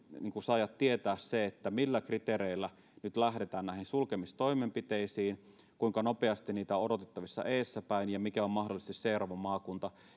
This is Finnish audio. saada tietää se millä kriteereillä nyt lähdetään näihin sulkemistoimenpiteisiin kuinka nopeasti niitä on odotettavissa edessäpäin ja mikä on mahdollisesti seuraava maakunta